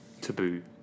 Taboo